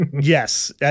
Yes